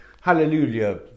Hallelujah